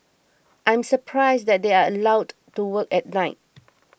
I'm surprised that they are allowed to work at night